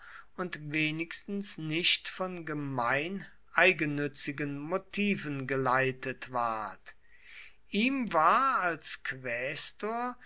und wenigstens nicht von gemein eigennützigen motiven geleitet ward ihm war als quästor